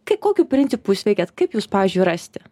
kai kokiu principu jūs veikiat kaip jus pavyzdžiui rasti